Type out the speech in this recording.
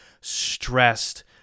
stressed